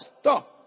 Stop